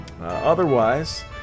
Otherwise